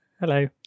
Hello